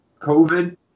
COVID